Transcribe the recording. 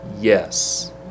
Yes